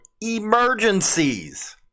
emergencies